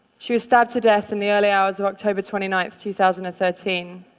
she was stabbed to death in the early hours of october twenty nine, two thousand and thirteen.